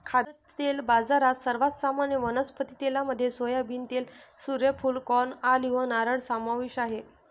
खाद्यतेल बाजारात, सर्वात सामान्य वनस्पती तेलांमध्ये सोयाबीन तेल, सूर्यफूल, कॉर्न, ऑलिव्ह, नारळ समावेश आहे